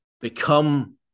become